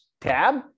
tab